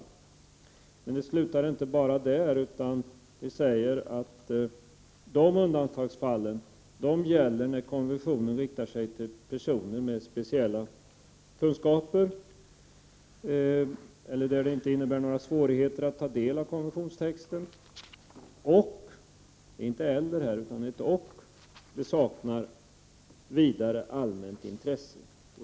Men utskottet slutar inte med det, utan säger att dessa undantagsfall gäller när konventionen riktar sig till personer med speciella kunskaper, när det gäller personer som inte har svårigheter att ta del av konventionstexten och — det är alltså inte eller utan och det är fråga om — texten saknar vidare allmänt intresse.